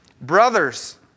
brothers